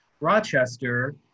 Rochester